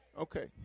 Okay